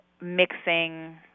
mixing